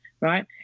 right